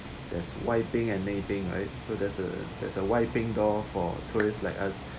there's wiping and maping right so there's uh there's a wiping door for tourists like us